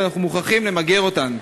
ואנחנו מוכרחים למגר אותן.